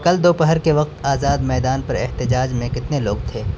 کل دوپہر کے وقت آزاد میدان پر احتجاج میں کتنے لوگ تھے